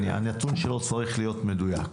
הנתון שלו צריך להיות מדויק.